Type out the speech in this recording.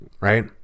right